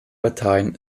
parteien